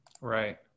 Right